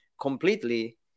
completely